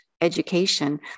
education